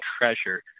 treasure—